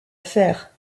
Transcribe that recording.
faire